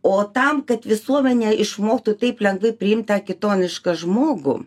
o tam kad visuomenė išmoktų taip lengvai priimt tą kitonišką žmogų